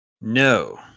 No